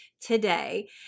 today